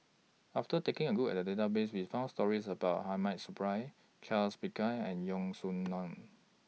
after taking A Look At The Database We found stories about Hamid Supaat Charles Paglar and Yeo Song Nian